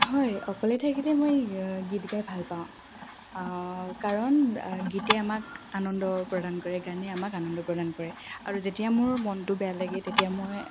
হয় অকলে থাকিলে মই গীত গাই ভালপাওঁ কাৰণ গীতে আমাক আনন্দ প্ৰদান কৰে গানে আমাক আনন্দ প্ৰদান কৰে আৰু যেতিয়া মোৰ মনটো বেয়া লাগে তেতিয়া মই